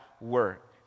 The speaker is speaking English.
work